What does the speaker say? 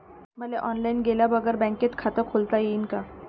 मले ऑनलाईन गेल्या बगर बँकेत खात खोलता येईन का?